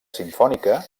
simfònica